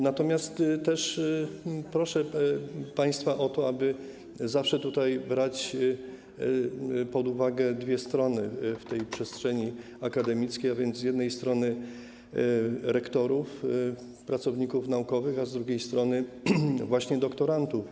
Natomiast też proszę państwa o to, aby zawsze tutaj brać pod uwagę dwie strony w tej przestrzeni akademickiej, a więc z jednej strony rektorów, pracowników naukowych, a z drugiej strony właśnie doktorantów.